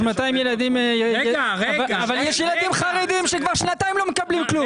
יש ילדים חרדים שכבר שנתיים לא מקבלים כלום.